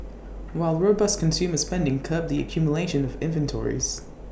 while robust consumer spending curbed the accumulation of inventories